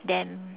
then